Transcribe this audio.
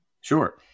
Sure